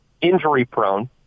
injury-prone